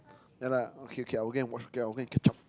ya lah okay okay I will go and watch okay I will go and catch up